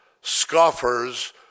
scoffers